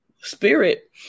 spirit